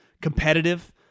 competitive